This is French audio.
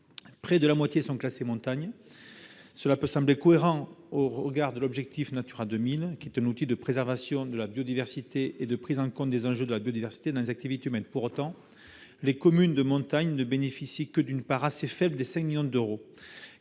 classées en zone de montagne. Cela peut sembler cohérent au regard de l'objectif du réseau Natura 2000, qui est un outil de préservation de la biodiversité et de prise en compte des enjeux afférents dans les activités humaines. Pour autant, les communes de montagne ne bénéficient que d'une part assez faible des 5 millions d'euros